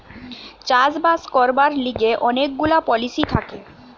চাষ বাস করবার লিগে অনেক গুলা পলিসি থাকে